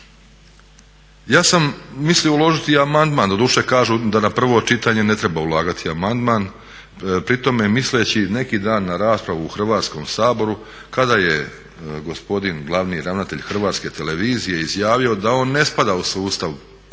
Ja sam mislio uložiti amandman, doduše kažu da na prvo čitanje ne treba ulagati amandman pri tome misleći neki da na raspravu u Hrvatskom saboru kada je gospodin glavni ravnatelj Hrvatske televizije izjavio da on ne spada u sustav plaća